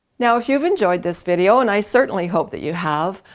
now if you've enjoyed this video and i certainly hope that you have,